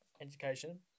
education